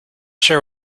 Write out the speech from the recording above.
sure